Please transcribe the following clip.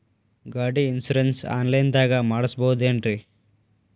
ಗಾಡಿ insurance online ದಾಗ ಮಾಡಸ್ಬಹುದೆನ್ರಿ?